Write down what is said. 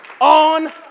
on